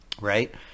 right